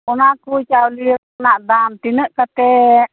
ᱚᱱᱟ ᱠᱚ ᱪᱟᱹᱣᱞᱤ ᱨᱮᱱᱟᱜ ᱫᱟᱢ ᱛᱤᱱᱟᱹᱜ ᱠᱟᱛᱮ